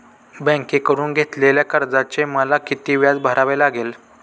बँकेकडून घेतलेल्या कर्जाचे मला किती व्याज भरावे लागेल?